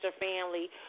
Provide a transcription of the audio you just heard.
family